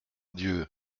dieu